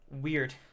Weird